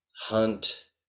hunt